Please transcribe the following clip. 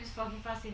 his firm